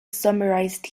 summarized